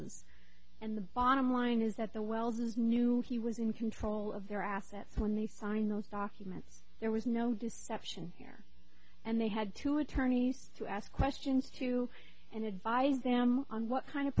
wells's and the bottom line is that the wells knew he was in control of their assets when they signed those documents there was no deception here and they had two attorneys to ask questions to and advise them on what kind of